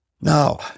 Now